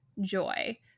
joy